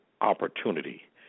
opportunity